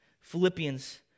Philippians